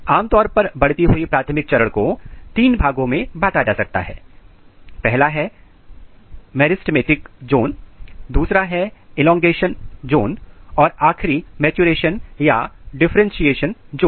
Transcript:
आमतौर पर एक बढ़ती हुई प्राथमिक चरण को तीन भागों में बांटा जा सकता है पहला है मेरीस्टेमिक जॉन दूसरा है एलॉन्गेशन जॉन और आखरी मैचुरेशन या डिफरेंटशिएशन जॉन